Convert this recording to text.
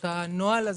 או את הנוהל הזה,